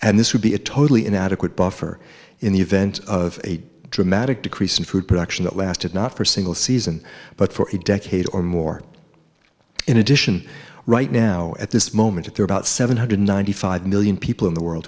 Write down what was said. and this would be a totally inadequate buffer in the event of a dramatic decrease in food production that lasted not for single season but for a decade or more in addition right now at this moment there about seven hundred ninety five million people in the world